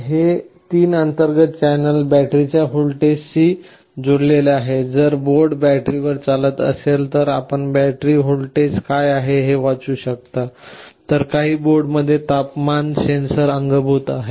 हे 3 अंतर्गत चॅनेल बॅटरीच्या व्होल्टेजशी जोडलेले आहेत जर बोर्ड बॅटरीवर चालत असेल तर आपण बॅटरी व्होल्टेज काय आहे हे वाचू शकता तर काही बोर्डांमध्ये तापमानात सेन्सर sensor अंगभूत आहे